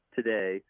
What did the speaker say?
today